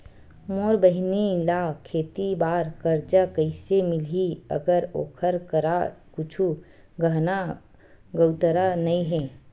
मोर बहिनी ला खेती बार कर्जा कइसे मिलहि, अगर ओकर करा कुछु गहना गउतरा नइ हे?